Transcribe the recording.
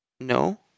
No